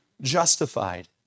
justified